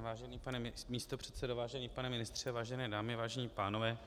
Vážený pane místopředsedo, vážený pane ministře, vážené dámy, vážení pánové,